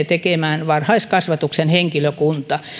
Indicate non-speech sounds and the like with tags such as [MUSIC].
[UNINTELLIGIBLE] tekemään varhaiskasvatuksen henkilökunta